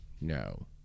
no